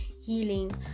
Healing